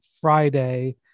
Friday